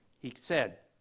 he said,